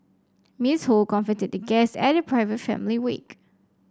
Miss Ho comforted the guest at the private family wake